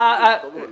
לך לסופר.